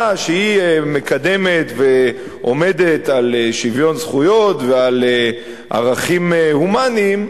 שמקדמת ועומדת על שוויון זכויות ועל ערכים הומניים,